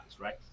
right